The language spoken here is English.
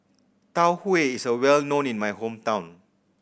Tau Huay is well known in my hometown